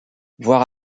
voir